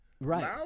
Right